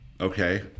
okay